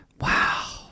Wow